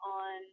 on